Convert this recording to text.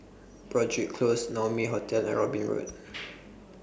Broadrick Close Naumi Hotel and Robin Road